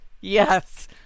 yes